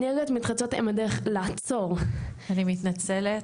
לא הייתי עושה תחרות של חשיבות, אני חושבת ששניהם